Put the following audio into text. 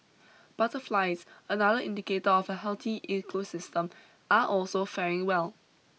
butterflies another indicator of a healthy ecosystem are also faring well